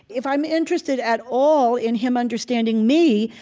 if i'm interested at all in him understanding me,